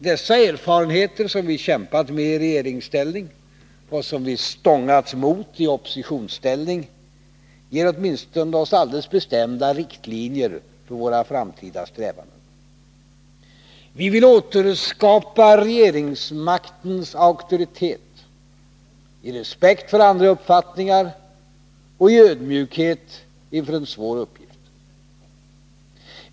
Dessa erfarenheter, som vi kämpat med i regeringsställning och som vi stångats mot i oppositionsställning, ger åtminstone oss alldeles bestämda riktlinjer för våra framtida strävanden. Vi vill återskapa regeringsmaktens auktoritet i respekt för andra uppfattningar och i ödmjukhet inför en svår uppgift.